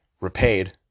repaid